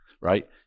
right